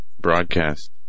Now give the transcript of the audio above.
broadcast